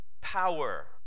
power